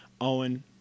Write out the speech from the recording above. Owen